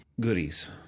goodies